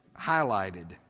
highlighted